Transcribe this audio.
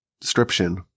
description